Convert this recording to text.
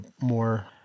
more